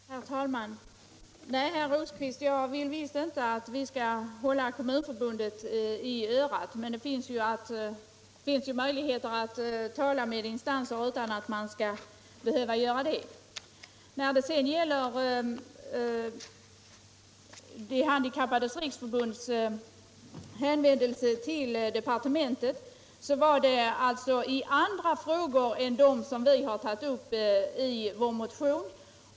Herr talman! Nej, herr Rosqvist, jag vill visst inte att vi skall hålla Kommunförbundet i örat, men det finns möjligheter att tala med instanser utan att behöva göra det. När det sedan gäller De handikappades riksförbunds hänvändelse till departementet avsåg den andra frågor än dem som vi har tagit upp i vår motion.